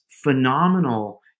phenomenal